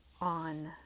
on